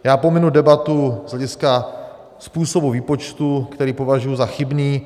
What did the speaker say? Já pominu debatu z hlediska způsobu výpočtu, který považuji za chybný.